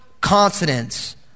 consonants